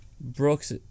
Brooks